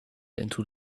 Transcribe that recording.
into